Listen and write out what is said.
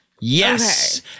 Yes